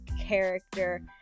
character